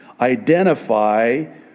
identify